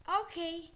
Okay